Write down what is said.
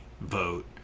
vote